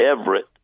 Everett